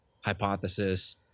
hypothesis